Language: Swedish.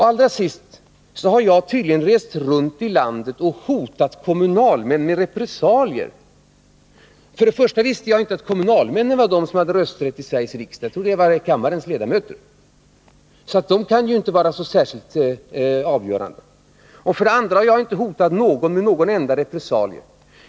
Allra sist: Jag har tydligen rest runt i landet och hotat kommunalmännen med repressalier. För det första visste jag inte att kommunalmännen var de som hade rösträtt i Sveriges riksdag. Jag trodde att det var kammarens ledamöter. Kommunalmännen kan ju inte vara särskilt avgörande. För det andra har jag inte hotat någon med någon enda repressalieåtgärd.